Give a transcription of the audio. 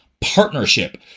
partnership